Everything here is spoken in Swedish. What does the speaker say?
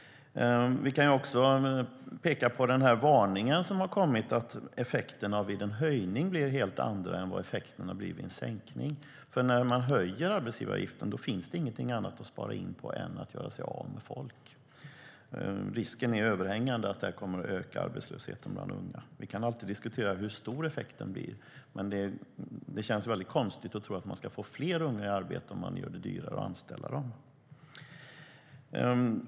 Vi kan också peka på den varning som har kommit om att effekterna vid en höjning blir helt andra än vad effekterna blir vid en sänkning. När man höjer arbetsgivaravgiften finns det ingenting annat att spara in på än att göra sig av med folk. Risken är överhängande att detta kommer att öka arbetslösheten bland unga. Vi kan alltid diskutera hur stor effekten blir. Men det känns mycket konstigt att tro att man ska få fler unga i arbete om man gör det dyrare att anställa dem.